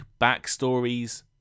backstories